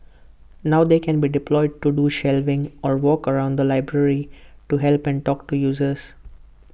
now they can be deployed to do shelving or walk around the library to help and talk to users